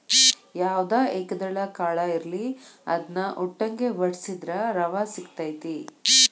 ಯಾವ್ದ ಏಕದಳ ಕಾಳ ಇರ್ಲಿ ಅದ್ನಾ ಉಟ್ಟಂಗೆ ವಡ್ಸಿದ್ರ ರವಾ ಸಿಗತೈತಿ